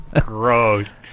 Gross